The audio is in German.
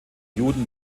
juden